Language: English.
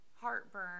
heartburn